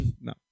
No